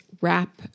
wrap